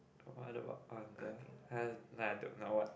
what about on the I I don't know what